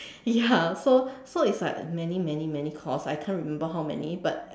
ya so so it's like many many many many course I can't remember how many but